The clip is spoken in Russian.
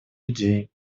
людей